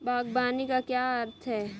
बागवानी का क्या अर्थ है?